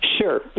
Sure